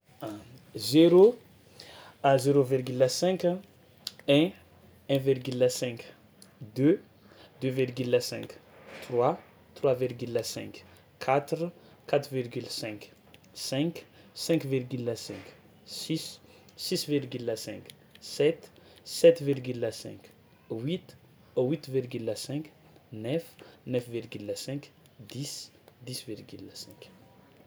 A zéro, a zéro virgule cinq, un, un virgule cinq, deux, deux virgule cinq, trois, trois virgule cinq, quatre, quatre virgule cinq, cinq, cinq virgule cinq, six, six virgule cinq, sept, sept virgule cinq, huit, huit virgule cinq, neuf, neuf virgule cinq, dix, dix virgule cinq.